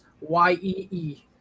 Y-E-E